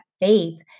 faith